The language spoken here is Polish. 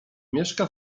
mieszka